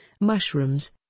mushrooms